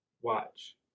watch